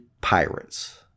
Pirates